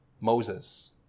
Moses